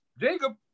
Jacob